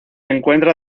encuentra